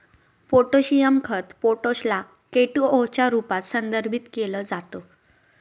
potassium खत potash ला K two O च्या रूपात संदर्भित केल जात